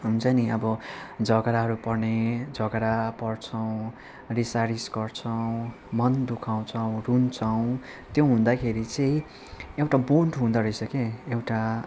हुन्छ नि अब झगडाहरू पर्ने झगडा पर्छौँ रिसारिस गर्छौँ मन दुखाउँछौँ रुन्छौँ त्यो हुँदाखेरि चाहिँ एउटा बोन्ड हुँदोरहेछ के एउटा